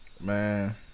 Man